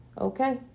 okay